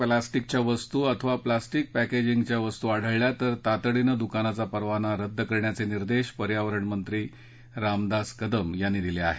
प्लास्टिकच्या वस्तू अथवा प्लास्टिक पक्रिजिंगच्या वस्तू आढळल्या तर तातडीनं दुकानाचा परवाना रद्द करण्याचे निर्देश पर्यावरण मंत्री रामदास कदम यांनी दिले आहेत